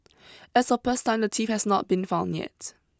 as of press time the thief has not been found yet